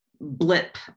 blip